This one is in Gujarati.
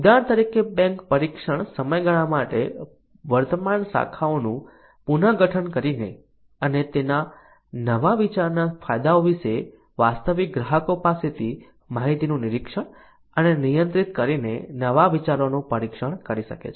ઉદાહરણ તરીકે બેન્ક પરીક્ષણ સમયગાળા માટે વર્તમાન શાખાઓનું પુનર્ગઠન કરીને અને નવા વિચારના ફાયદાઓ વિશે વાસ્તવિક ગ્રાહકો પાસેથી માહિતીનું નિરીક્ષણ અને એકત્રિત કરીને નવા વિચારોનું પરીક્ષણ કરી શકે છે